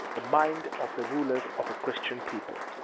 the minds of the rulers of a christian people.